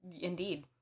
Indeed